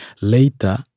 later